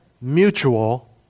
mutual